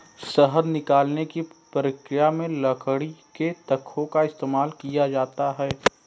शहद निकालने की प्रक्रिया में लकड़ी के तख्तों का इस्तेमाल किया जाता है